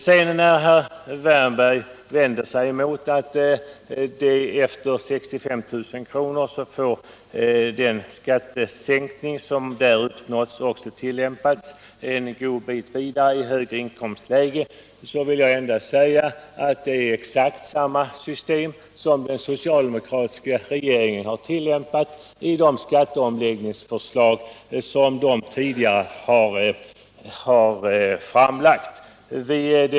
Herr Wärnberg vänder sig mot att den skattesänkning som uppnås vid en inkomst på 65 000 kr. kommer att gälla även för inkomster som ligger en bra bit högre. Jag vill till det endast säga att det är exakt samma system som den socialdemokratiska regeringen tillämpat vid tidigare skatteomläggningar.